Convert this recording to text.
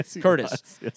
Curtis